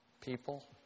people